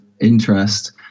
interest